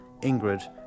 Ingrid